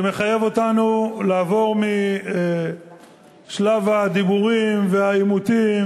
שמחייב אותנו לעבור משלב הדיבורים והעימותים